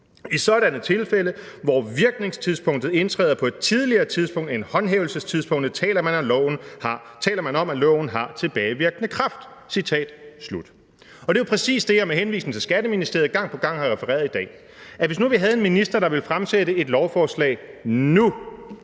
I sådanne tilfælde, hvor virkningstidspunktet indtræder på et tidligere tidspunkt end håndhævelsestidspunktet, taler man om, at loven har »tilbagevirkende kraft««. Det er jo præcis det, som jeg med henvisning til Skatteministeriet gang på gang har refereret i dag, altså at vi, hvis vi nu havde en minister, der ville fremsætte et lovforslag nu,